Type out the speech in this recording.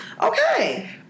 okay